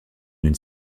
une